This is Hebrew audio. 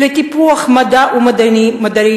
לטיפוח מדע ומדענים,